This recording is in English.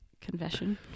confession